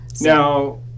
Now